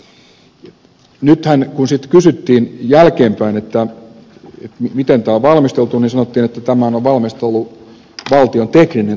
kun sitten kysyttiin jälkeenpäin miten tämä on valmisteltu niin sanottiin että tämänhän on valmistellut valtion taloudellinen tutkimuskeskus